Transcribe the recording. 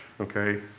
Okay